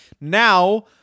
now